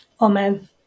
Amen